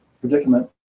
predicament